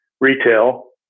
retail